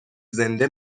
زنده